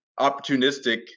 opportunistic